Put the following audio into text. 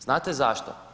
Znate zašto?